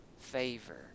favor